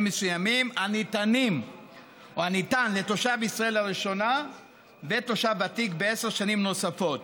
מסוימים הניתן לתושב ישראל לראשונה ותושב ותיק בעשר שנים נוספות.